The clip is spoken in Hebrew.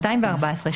214,